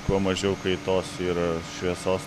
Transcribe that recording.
kuo mažiau kaitos ir šviesos